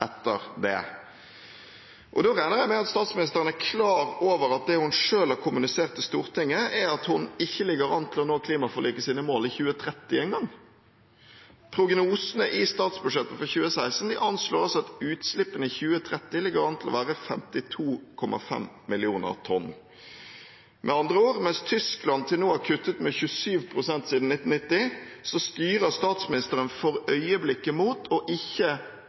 etter det. Da regner jeg med at statsministeren er klar over at det hun selv har kommunisert til Stortinget, er at hun ikke ligger an til å nå klimaforlikets mål i 2030 engang. Prognosene i statsbudsjettet for 2016 anslår at utslippene i 2030 ligger an til å være 52,5 millioner tonn. Med andre ord: Mens Tyskland til